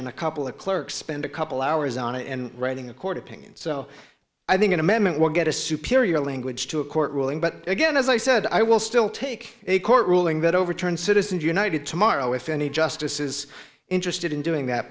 in a couple of clerks spend a couple hours on it and reading the court opinion so i think an amendment will get a superior language to a court ruling but again as i said i will still take a court ruling that overturned citizens united tomorrow if any justice is interested in doing that